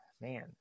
man